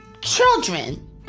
children